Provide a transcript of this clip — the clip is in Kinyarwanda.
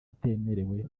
atemerewe